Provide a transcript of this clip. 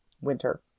winter